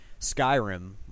Skyrim